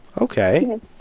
Okay